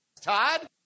Todd